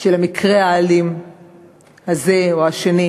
של המקרה האלים הזה או השני.